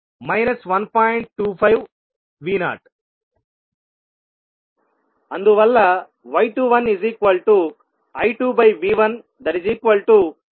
25V0 అందువల్ల y21I2V11